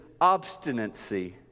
obstinacy